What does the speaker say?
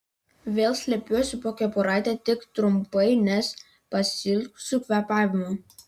vėl slepiuosi po kepuraite tik trumpai nes pasiilgsiu kvėpavimo